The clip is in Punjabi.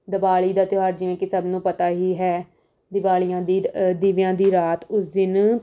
ਦੀਵਾਲੀ ਦਾ ਤਿਉਹਾਰ ਜਿਵੇਂ ਕਿ ਸਭ ਨੂੰ ਪਤਾ ਹੀ ਹੈ ਦੀਵਾਲੀ ਆਉਦੀਂ ਅਹ ਦੀਵਿਆਂ ਦੀ ਰਾਤ ਉਸ ਦਿਨ